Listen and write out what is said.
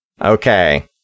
Okay